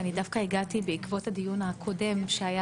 ואני דווקא הגעתי בעקבות הדיון הקודם שהיה